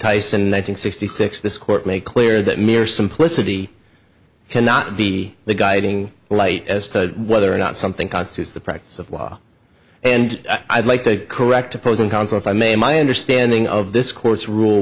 tyson nine hundred sixty six this court made clear that mere simplicity cannot be the guiding light as to whether or not something constitutes the practice of law and i'd like to correct opposing counsel if i may my understanding of this court's rule